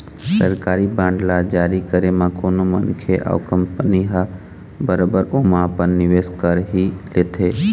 सरकारी बांड ल जारी करे म कोनो मनखे अउ कंपनी ह बरोबर ओमा अपन निवेस कर ही लेथे